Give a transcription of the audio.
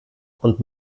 und